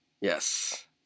Yes